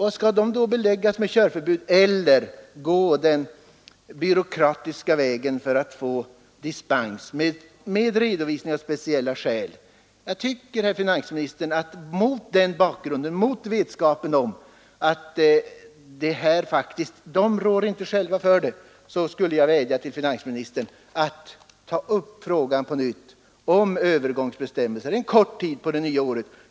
Varför skall de då drabbas av körförbud eller tvingas gå den byråkratiska vägen för att få dispens, med redovisning av speciella skäl? I vetskap om att vederbörande själva inte rår för den uppkomna förseningen skulle jag vilja vädja till finansministern att på nytt ta upp frågan om övergångsbestämmelser under en kort tid på det nya året.